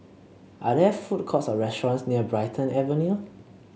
are there food courts or restaurants near Brighton Avenue